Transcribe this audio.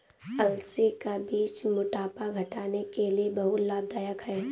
अलसी का बीज मोटापा घटाने के लिए बहुत लाभदायक है